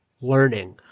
learning